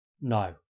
no